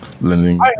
lending